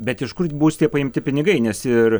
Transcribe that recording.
bet iš kur bus tie paimti pinigai nes ir